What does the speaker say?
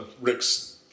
Rick's